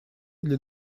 для